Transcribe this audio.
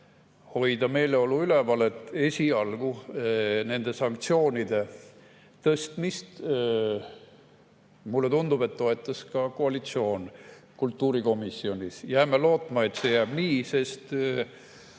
hoida meeleolu üleval: nende sanktsioonide tõstmist, mulle tundub, toetas ka koalitsioon kultuurikomisjonis. Jääme lootma, et see jääb nii, sest